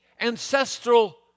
ancestral